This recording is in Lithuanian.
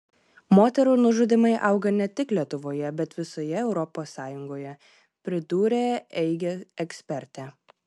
moterų nužudymai auga net tik lietuvoje bet visoje europos sąjungoje pridūrė eige ekspertė